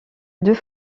deux